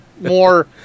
More